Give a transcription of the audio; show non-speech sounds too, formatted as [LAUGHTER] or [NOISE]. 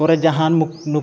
ᱠᱚᱨᱮ ᱡᱟᱦᱟᱱ [UNINTELLIGIBLE] ᱱᱩᱠᱩ